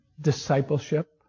discipleship